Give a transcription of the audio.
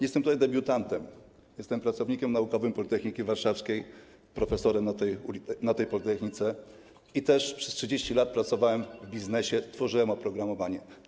Jestem tutaj debiutantem, jestem pracownikiem naukowym Politechniki Warszawskiej, profesorem na tej politechnice i też przez 30 lat pracowałem w biznesie, tworzyłem oprogramowanie.